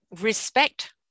respect